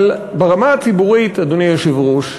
אבל ברמה הציבורית, אדוני היושב-ראש,